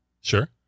sure